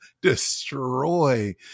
destroy